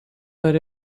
but